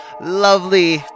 lovely